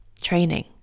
training